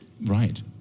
Right